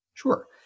Sure